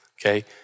okay